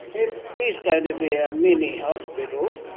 it is going to be a mini hospital,